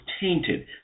tainted